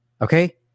Okay